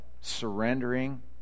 surrendering